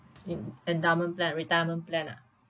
in endowment plan retirement plan ah